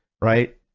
right